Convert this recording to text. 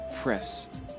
press